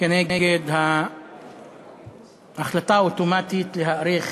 כנגד ההחלטה האוטומטית להאריך